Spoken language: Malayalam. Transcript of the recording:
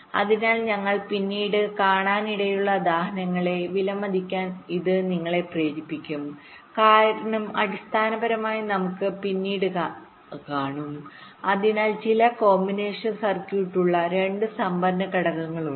അതിനാൽ ഞങ്ങൾ പിന്നീട് കാണാനിടയുള്ള ഉദാഹരണങ്ങളെ വിലമതിക്കാൻ ഇത് നിങ്ങളെ പ്രേരിപ്പിക്കും കാരണം അടിസ്ഥാനപരമായി നമുക്കുള്ളത് പിന്നീട് കാണും അതിനിടയിൽ ചില കോമ്പിനേഷൻ സർക്യൂട്ടുള്ള രണ്ട് സംഭരണ ഘടകങ്ങളുണ്ട്